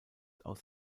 aus